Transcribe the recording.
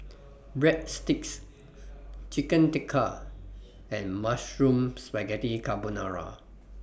Breadsticks Chicken Tikka and Mushroom Spaghetti Carbonara